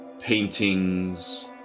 paintings